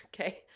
Okay